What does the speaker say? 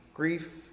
grief